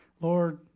Lord